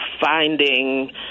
finding